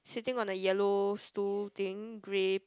sitting on a yellow stool thing grey